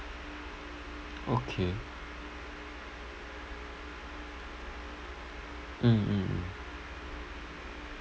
okay mm mm mm